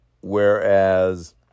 Whereas